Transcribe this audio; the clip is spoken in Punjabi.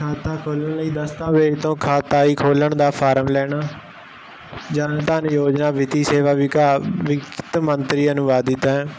ਖਾਤਾ ਖੋਲਣ ਲਈ ਦਸਤਾਵੇਜ਼ ਤੋਂ ਖਾਤਾ ਈ ਖੋਲਣ ਦਾ ਫਾਰਮ ਲੈਣਾ ਜਨਧਨ ਯੋਜਨਾ ਵਿੱਤੀ ਸੇਵਾ ਵਿਕਾਵ ਵਿੱਤ ਮੰਤਰੀਆਂ ਅਨੁਵਾਦਿਤ ਐ